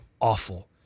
awful